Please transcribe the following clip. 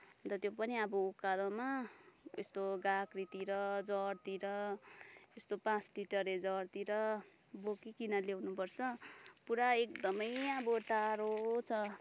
अन्त त्यो पनि उकालोमा त्यत्रो गाग्रीतिर जरतिर यस्तो पाँच लिटरे जरतिर बोकिकन ल्याउनुपर्छ पुरा एकदमै अब टाढो छ